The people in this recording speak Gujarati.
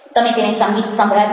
તમે તેને સંગીત સંભળાવ્યું